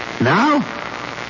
Now